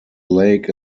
lake